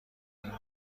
این